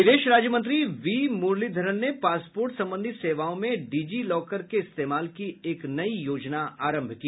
विदेश राज्य मंत्री वी मूरलीधरन ने पासपोर्ट संबंधी सेवाओं में डिजी लॉकर के इस्तेमाल की एक नई योजना आरंभ की